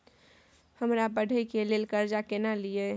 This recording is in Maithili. हमरा पढ़े के लेल कर्जा केना लिए?